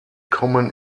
kommen